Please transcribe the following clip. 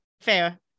fair